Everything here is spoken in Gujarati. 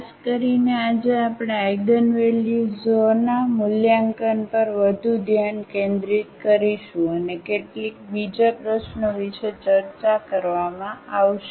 ખાસ કરીને આજે આપણે આઇગનવેલ્યુઝના મૂલ્યાંકન પર વધુ ધ્યાન કેન્દ્રિત કરીશું અને કેટલીક બીજા પ્રશ્નઓ વિશે ચર્ચા કરવામાં આવશે